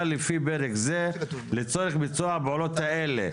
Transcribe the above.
לפי פרק זה לצורך ביצוע הפעולות האלה,